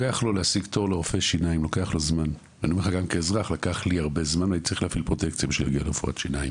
לוקח לו זמן להשיג תור לרופא שיניים,